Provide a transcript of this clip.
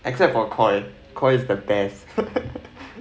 except for koi koi is the best